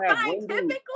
Scientifically